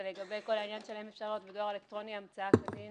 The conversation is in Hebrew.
ולגבי כל העניין של האם אפשר לראות בדואר אלקטרוני המצאה כדין